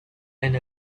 and